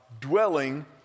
dwelling